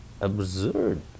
absurd